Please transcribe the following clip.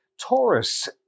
Taurus